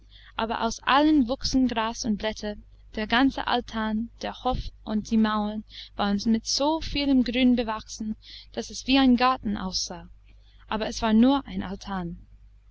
aber aus allen wuchsen gras und blätter der ganze altan der hof und die mauern waren mit so vielem grün bewachsen daß es wie ein garten aussah aber es war nur ein altan